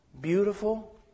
beautiful